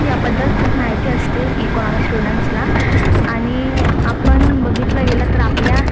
याबद्दल खूप माहिती असते इकॉनॉमी स्टुडंट्सला आणि आपण बघितलं गेलं तर आपल्या